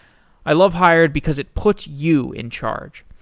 i love hired because it puts you in charge.